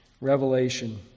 Revelation